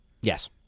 Yes